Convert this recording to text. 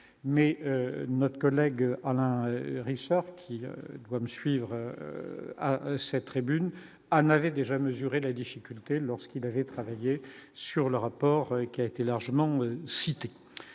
mais notre collègue Alain Richard qui va me suivre à cette tribune, Anne avait déjà mesuré la difficulté lorsqu'il avait travaillé sur le rapport qui a été largement un